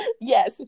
Yes